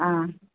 ఆ